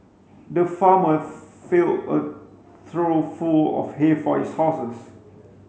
the farmer filled a trough full of hay for his horses